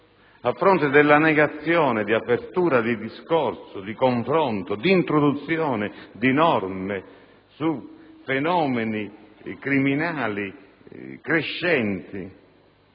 a fronte della negazione di apertura di discorso, di confronto, di introduzione di norme su fenomeni criminali crescenti,